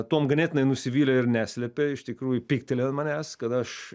tuom ganėtinai nusivylė ir neslėpė iš tikrųjų pyktelėjo ant manęs kad aš